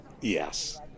Yes